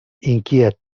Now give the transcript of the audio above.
inquiet